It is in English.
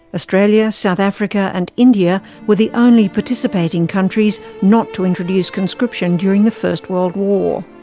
australia, south africa and india were the only participating countries not to introduce conscription during the first world war.